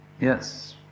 Yes